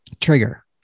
Trigger